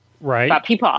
Right